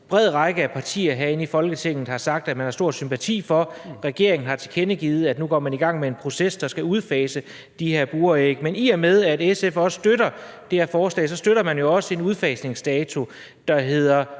en bred række af partier herinde i Folketinget har sagt man har stor sympati for. Regeringen har tilkendegivet, at man nu går i gang med en proces, der skal udfase de her buræg. Men i og med at SF støtter det her forslag, støtter man jo også en udfasningsdato, der hedder